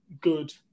good